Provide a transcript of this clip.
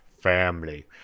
family